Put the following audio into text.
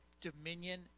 dominion